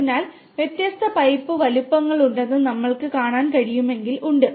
അതിനാൽ വ്യത്യസ്ത പൈപ്പ് വലുപ്പങ്ങളുണ്ടെന്ന് നിങ്ങൾക്ക് കാണാൻ കഴിയുമെങ്കിൽ ഉണ്ട്